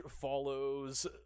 follows